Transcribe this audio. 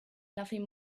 nothing